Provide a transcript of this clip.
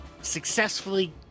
successfully